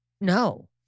no